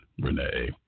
Renee